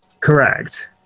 Correct